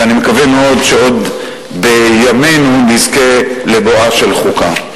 ואני מקווה מאוד שעוד בימינו נזכה לבואה של חוקה.